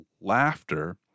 laughter